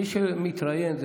מי שמתראיין,